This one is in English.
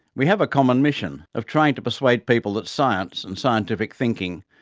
we have a common mission of trying to persuade people that science, and scientific thinking,